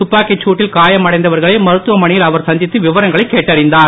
துப்பாக்கிச் தட்டில் காயமடைந்தவர்களை மருத்துவமனையில் அவர் சந்தித்து விவரங்களை கேட்டறிந்தார்